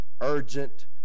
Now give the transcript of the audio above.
urgent